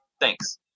Thanks